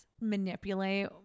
manipulate